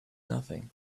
nothing